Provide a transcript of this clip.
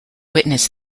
witness